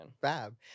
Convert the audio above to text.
Fab